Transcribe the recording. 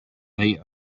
they